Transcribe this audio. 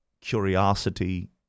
curiosity